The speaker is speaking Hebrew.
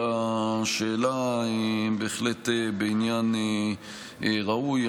היא בהחלט בעניין ראוי.